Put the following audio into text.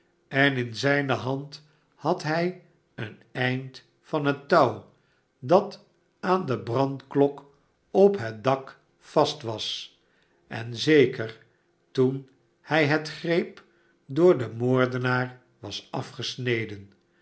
en in zijne hand had hij een eind van het touw dat aan de brandklok op het dak vast was en zeker toen hij het greep door den moordenaar was afgesneden